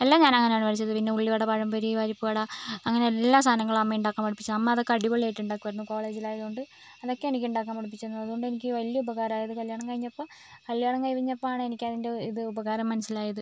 എല്ലാം ഞാൻ അങ്ങനെയാണ് പഠിച്ചത് പിന്നെ ഉള്ളിവട പഴംപൊരി പരിപ്പുവട അങ്ങനെ എല്ലാ സാധനങ്ങളും അമ്മ ഉണ്ടാക്കാൻ പഠിപ്പിച്ചു അമ്മ അതൊക്കെ അടിപൊളിയായിട്ട് ഉണ്ടാക്കുവായിരുന്നു കോളേജിൽ ആയതു കൊണ്ട് അതൊക്കെ എനിക്ക് ഉണ്ടാക്കാൻ പഠിപ്പിച്ചു തന്നു അതുകൊണ്ടെനിക്ക് വലിയൊരു ഉപകാരമായിരുന്നു കല്യാണം കഴിഞ്ഞപ്പോൾ കല്യാണം കഴിഞ്ഞപ്പോഴാണ് എനിക്കതിൻ്റെ ഇത് ഉപകാരം മനസ്സിലായത്